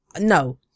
No